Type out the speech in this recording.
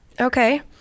Okay